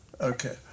Okay